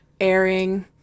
airing